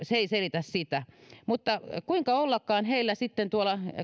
se ei selitä sitä mutta kuinka ollakaan heillä sitten tuolla